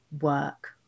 work